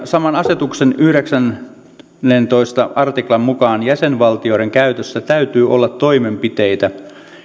saman asetuksen yhdeksännentoista artiklan mukaan jäsenvaltioiden käytössä täytyy olla toimenpiteitä